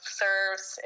serves